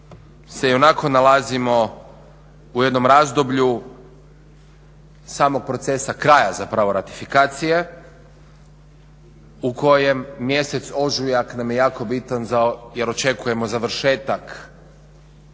se i onako nalazimo u jednom razdoblju samog procesa kraja ratifikacije u kojem mjesec ožujak nam je jako bitan jer očekujemo završetak